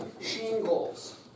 shingles